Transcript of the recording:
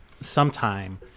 sometime